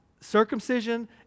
circumcision